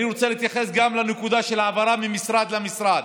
אני רוצה להתייחס גם לנקודה של העברה ממשרד למשרד.